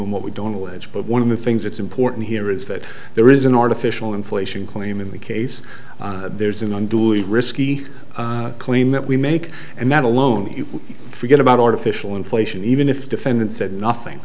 and what we don't allege but one of the things that's important here is that there is an artificial inflation claim in the case there's an unduly risky claim that we make and that alone forget about artificial inflation even if the defendant said nothing